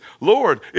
Lord